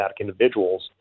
individuals